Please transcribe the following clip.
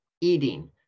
eating